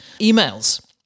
emails